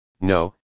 no